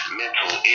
mental